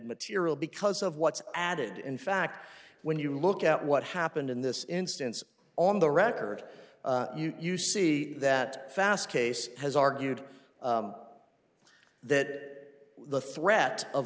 material because of what's added in fact when you look at what happened in this instance on the record you see that fast case has argued that the threat of